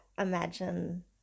imagine